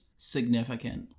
significant